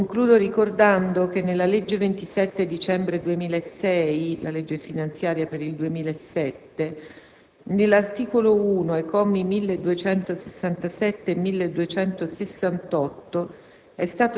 Concludo ricordando che nella legge 27 dicembre 2006, n. 296 (legge finanziaria 2007), nell'articolo 1, commi 1267 e 1268,